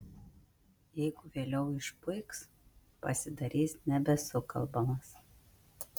jeigu vėliau išpuiks pasidarys nebesukalbamas